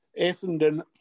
Essendon